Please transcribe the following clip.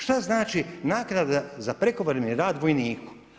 Šta znači nagrada za prekovremeni rad vojniku?